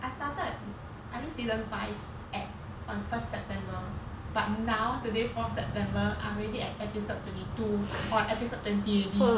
I started I think season five at on first september but now today fourth september I'm already at episode twenty two orh episode twenty already